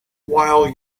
while